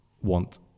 want